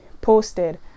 posted